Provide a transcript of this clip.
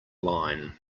line